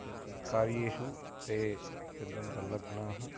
तत्तत् कार्येषु ते अत्यन्तं सल्लग्नाः